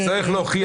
את זה צריך להוכיח.